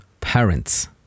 parents